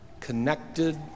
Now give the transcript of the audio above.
connected